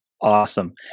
Awesome